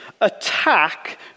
attack